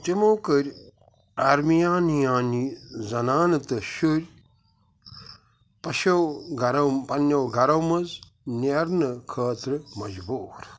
تِمو کٔرۍ آرمیانی زنانہٕ تہٕ شُرۍ پشو گھرو پننیٛو تہِ پننیٛو گھرو منٛزۍ نیرنہٕ خٲطرٕ مجبوُر